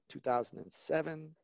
2007